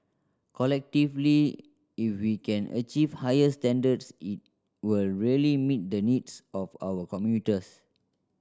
collectively if we can achieve higher standards it will really meet the needs of our commuters